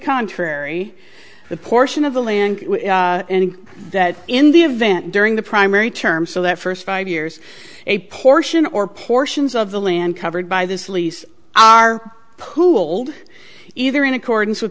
contrary the portion of the land in the event during the primary term so that first five years a portion or portions of the land covered by this lease are pooled either in accordance with